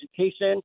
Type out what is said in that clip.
education